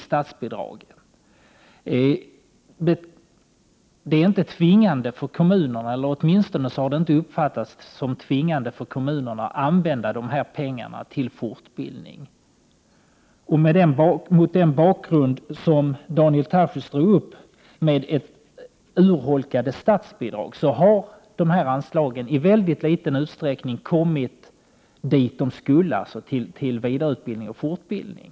Kommunerna har inte varit tvungna, åtminstone har det inte uppfattats på det sättet, att använda dessa pengar till fortbildning. Mot den bakgrund med urholkade statsbidrag som Daniel Tarschys redogjorde för har dessa anslag i mycket liten utsträckning gått dit de skulle, dvs. till vidareutbildning och fortbildning.